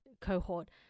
cohort